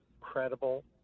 credible